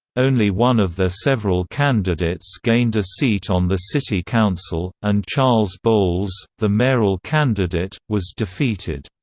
only one of their several candidates gained a seat on the city council, and charles bowles, the mayoral candidate, was defeated.